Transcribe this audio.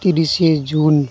ᱛᱤᱨᱤᱥᱮ ᱡᱩᱱ